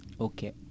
Okay